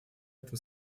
этом